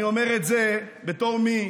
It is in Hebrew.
אני אומר את זה בתור מי